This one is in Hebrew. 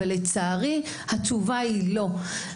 ולצערי, התשובה היא לא.